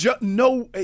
no